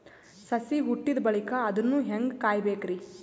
ಸಸಿ ಹುಟ್ಟಿದ ಬಳಿಕ ಅದನ್ನು ಹೇಂಗ ಕಾಯಬೇಕಿರಿ?